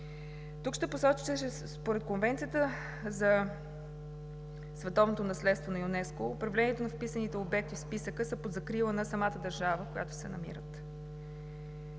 Тук ще посоча, че според Конвенцията за Световното наследство на ЮНЕСКО управлението на вписаните в списъка обекти е под закрила на самата държава, в която се намират.